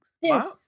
Yes